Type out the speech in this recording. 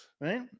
Right